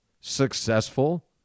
successful